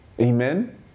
Amen